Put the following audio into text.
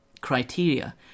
criteria